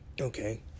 okay